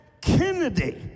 Kennedy